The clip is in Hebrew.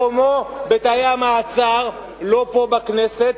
מקומו בתאי המעצר, לא פה בכנסת.